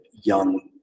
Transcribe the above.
young